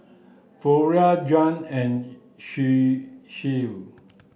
Florie Juan and she